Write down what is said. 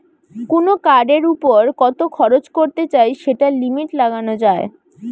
কুনো কার্ডের উপর কত খরচ করতে চাই সেটার লিমিট লাগানা যায়